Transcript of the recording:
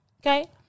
Okay